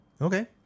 Okay